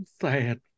Sad